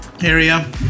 area